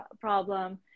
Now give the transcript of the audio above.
problem